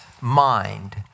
mind